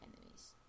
enemies